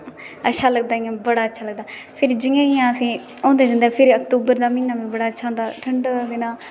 अच्छा लगदा इयां बडा अच्छा लगदा फिर जियां जियां आसेगी होंदा जंदा फिर अक्तुवर दा महिना बी बडा अच्छा होंदा ठंड दे दिने